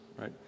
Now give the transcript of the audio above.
right